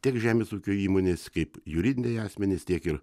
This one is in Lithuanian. tiek žemės ūkio įmonės kaip juridiniai asmenys tiek ir